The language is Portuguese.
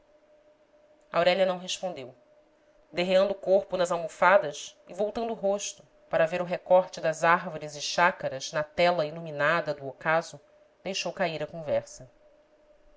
vendi lho aurélia não respondeu derreando o corpo nas almofadas e voltando o rosto para ver o recorte das árvores e chácaras na tela iluminada do ocaso deixou cair a conversa